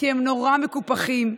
כי הם נורא מקופחים.